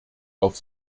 auf